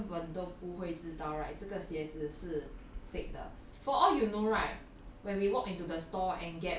expert lah 你是根本都不会知道 right 这个鞋子是 fake 的 for all you know right